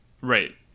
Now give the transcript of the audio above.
Right